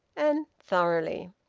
and thoroughly!